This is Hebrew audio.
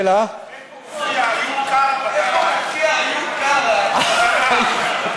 מופיע איוב קרא בתנ"ך?